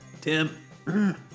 Tim